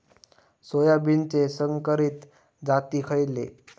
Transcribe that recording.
सोयाबीनचे संकरित जाती खयले?